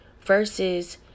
versus